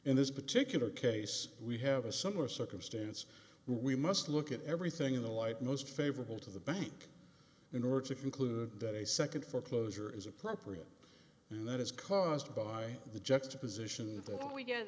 in this particular case we have a similar circumstance we must look at everything in the light most favorable to the bank in order to conclude that a second foreclosure is appropriate and that is caused by the jets to position